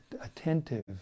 attentive